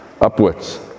upwards